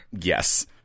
Yes